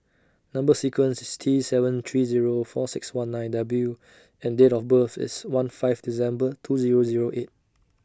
Number sequence IS T seven three Zero four six one nine W and Date of birth IS one five December two Zero Zero eight